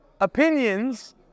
opinions